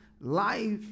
Life